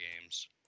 games